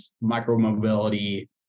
micro-mobility